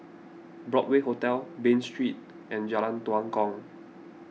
Broadway Hotel Bain Street and Jalan Tua Kong